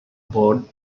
board